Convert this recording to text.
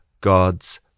God's